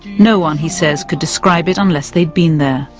no one, he says, could describe it unless they'd been there.